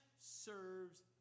serves